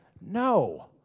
No